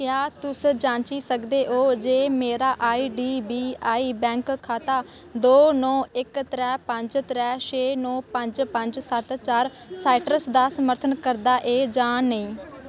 क्या तुस जांची सकदे ओ जे मेरा I D B I bank खाता दो नौ इक त्रै पंज त्रै छे नौ पंज पंज सत्त चार सायट्रस दा समर्थन करदा ऐ जां नेईं